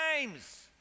times